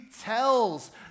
tells